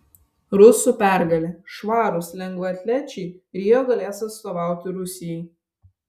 rusų pergalė švarūs lengvaatlečiai rio galės atstovauti rusijai